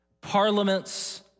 parliaments